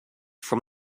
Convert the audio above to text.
from